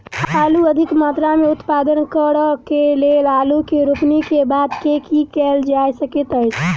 आलु अधिक मात्रा मे उत्पादन करऽ केँ लेल आलु केँ रोपनी केँ बाद की केँ कैल जाय सकैत अछि?